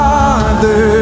Father